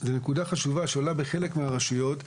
זאת נקודה חשובה שעולה בחלק מהרשויות,